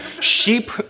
sheep